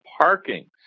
parking